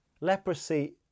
Leprosy